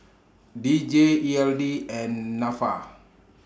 D J E L D and Nafa